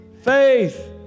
Faith